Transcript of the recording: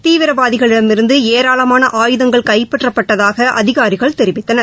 தீவிரவாதிகளிடமிருந்துஏராளமான ஆயுதங்கள் கைப்பற்றப்பட்டதாகஅதிகாரிகள் தெரிவித்தனர்